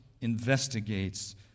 investigates